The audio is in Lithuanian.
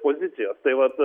pozicijos tai vat